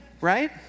right